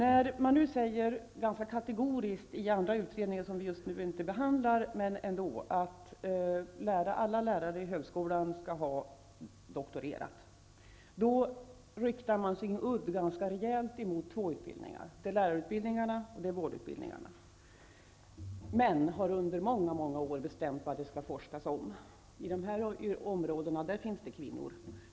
När man nu ganska kategoriskt i den andra utredningen -- som vi just nu inte behandlar -- säger att alla lärare i högskolan skall ha doktorerat, riktar man sin udd ganska rejält mot två utbildningar: lärarutbildningarna och vårdutbildningarna. Män har här under många år bestämt över vad det skall forskas kring. Inom dessa områden finns det gott om kvinnor.